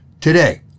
Today